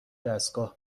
دستگاه